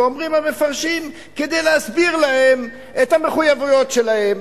ואומרים המפרשים: כדי להסביר להם את המחויבויות שלהם,